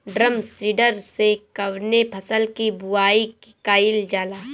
Drum seeder से कवने फसल कि बुआई कयील जाला?